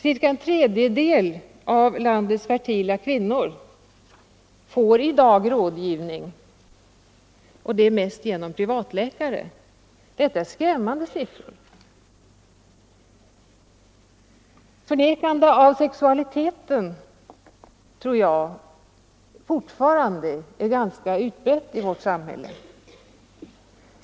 Cirka en tredjedel av landets fertila kvinnor får i dag rådgivning, och det mest genom privatläkare. Detta är skrämmande förhållanden. Förnekande av sexualiteten tror jag fortfarande är ganska utbrett i vårt samhälle.